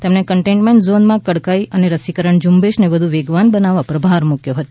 તેમણે કન્ટેન્ટમેન્ટ ઝોનમાં કડકાઇ અને રસીકરણ ઝુંબેશને વધુ વેગવાન બનાવવા પર ભાર મૂક્યો હતો